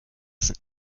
sind